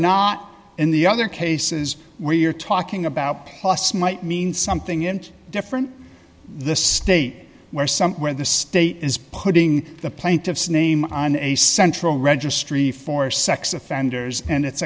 not in the other case where you're talking about plus might mean something in different the state where some where the state is putting the plaintiffs name on a central registry for sex offenders and it's